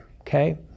Okay